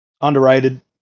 underrated